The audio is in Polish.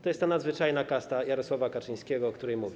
To jest ta nadzwyczajna kasta Jarosława Kaczyńskiego, o której mówił.